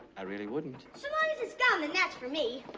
i really wouldn't. so long as it's gum, then that's for me.